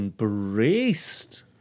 embraced